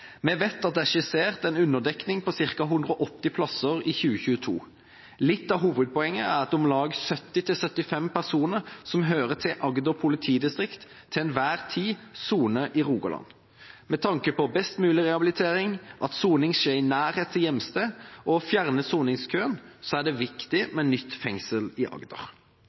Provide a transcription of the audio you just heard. Vi vet at det er skissert en underdekning på ca. 180 plasser i 2022. Litt av hovedpoenget er at om lag 70–75 personer som hører til Agder politidistrikt, til enhver tid soner i Rogaland. Med tanke på best mulig rehabilitering, at soning skjer i nærhet til hjemsted, og å fjerne soningskøen er det viktig med nytt fengsel i Agder.